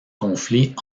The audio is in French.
conflits